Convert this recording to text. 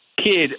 Kid